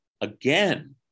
again